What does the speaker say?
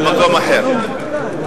במקום אחר.